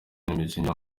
n’imicungire